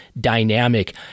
dynamic